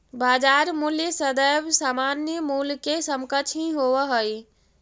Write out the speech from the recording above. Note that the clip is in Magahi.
बाजार मूल्य सदैव सामान्य मूल्य के समकक्ष ही होवऽ हइ